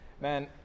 Man